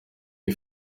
w’i